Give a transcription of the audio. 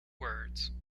words